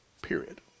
Period